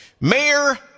Mayor